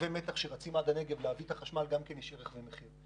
ולקווי מתח שרצים עד הנגב גם כן יש ערך ומחיר.